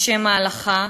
בשם ההלכה,